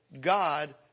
God